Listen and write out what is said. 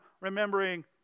remembering